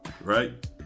right